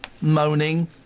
moaning